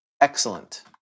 excellent